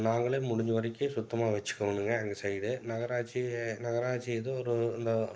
நாங்களே முடிஞ்ச வரைக்கும் சுத்தமாக வச்சுக்கோனுங்க எங்கள் சைடு நகராட்சி நகராட்சி ஏதோ ஒரு இந்த